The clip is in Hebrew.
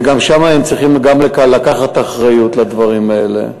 וגם שם הם צריכים לקחת אחריות לדברים האלה,